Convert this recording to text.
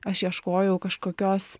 aš ieškojau kažkokios